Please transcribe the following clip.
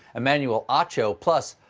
emmanuel acho. plus,